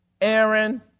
Aaron